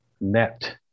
net